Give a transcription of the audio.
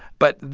but,